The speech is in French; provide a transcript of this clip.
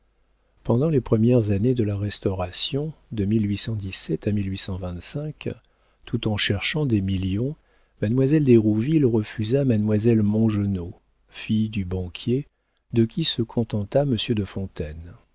pendant les premières années de la restauration de à tout en cherchant des millions mademoiselle d'hérouville refusa mademoiselle mongenod fille du banquier de qui se contenta monsieur de fontaine